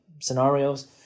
scenarios